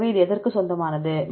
எனவே இது எதற்கு சொந்தமானது